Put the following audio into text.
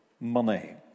money